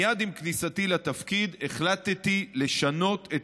מייד עם כניסתי לתפקיד החלטתי לשנות את